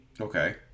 Okay